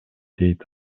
дейт